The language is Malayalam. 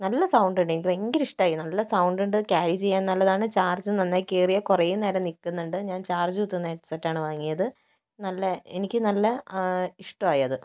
നല്ല സൗണ്ട് ഉണ്ട് എനിക്ക് ഭയങ്കര ഇഷ്ടമായി നല്ല സൗണ്ട് ഉണ്ട് ക്യാരി ചെയ്യാൻ നല്ലതാണ് ചാർജ് നന്നായി കയറിയാൽ കുറെ നേരം നിൽക്കുന്നുണ്ട് ഞാൻ ചാർജ് കുത്തുന്ന ഹെഡ് സെറ്റാണ് വാങ്ങിയത് നല്ല എനിക്ക് നല്ല ഇഷ്ടമായി അത്